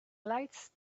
lights